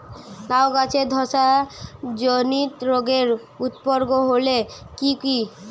লাউ গাছের ধসা জনিত রোগের উপসর্গ গুলো কি কি?